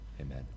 Amen